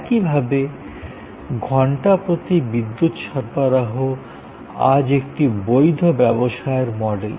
একইভাবে ঘন্টা প্রতি বিদ্যুৎ সরবরাহ আজ একটি বৈধ ব্যবসায়ের মডেল